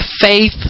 faith